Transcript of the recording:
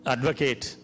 Advocate